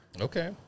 Okay